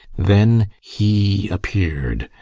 then he appeared,